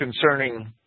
concerning